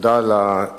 תודה על התודות,